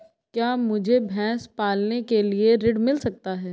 क्या मुझे भैंस पालने के लिए ऋण मिल सकता है?